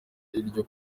iryo